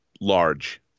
large